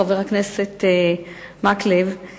חבר הכנסת מקלב,